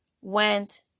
went